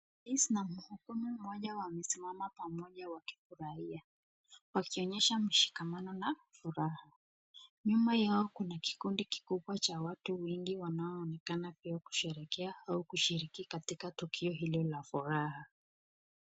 Rais na mhukumu mmoja wamesimama pamoja wakifurahia wakionyesha mshikamano na furaha. Nyuma yao kuna kikundi kikubwa cha watu wengi wanaonekana kusherehekea au kushiriki katika tukio hili la furaha.